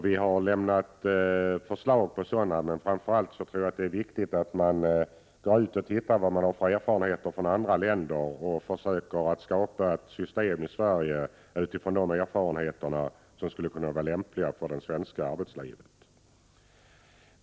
Vi har lämnat förslag på sådana, men framför allt tror jag det är viktigt att gå ut och se vilka erfarenheter som finns från andra länder och utifrån dessa erfarenheter försöka skapa ett system i Sverige, som skulle kunna vara lämpligt för det svenska arbetslivet.